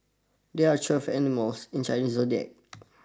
there are twelve animals in Chinese zodiac